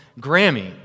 Grammy